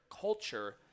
culture